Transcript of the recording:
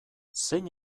zein